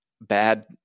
bad